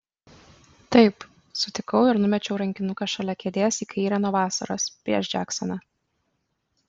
taip sutikau ir numečiau rankinuką šalia kėdės į kairę nuo vasaros prieš džeksoną